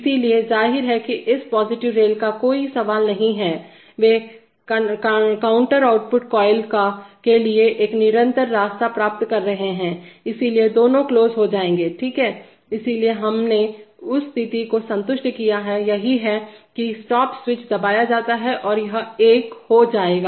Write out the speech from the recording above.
इसलिए जाहिर है कि इस पॉजिटिव रेल का कोई सवाल ही नहीं है वे कंटूर आउटपुट कॉइल के लिए एक निरंतर रास्ता प्राप्त कर रहे हैं इसलिए दोनों क्लोज हो जाएंगे ठीक है इसलिए हमने उस स्थिति को संतुष्ट किया है यही है कि स्टॉप स्विच दबाया जाता है और यह एक हो जाएगा